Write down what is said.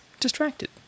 distracted